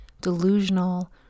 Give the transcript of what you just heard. delusional